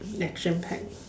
action pack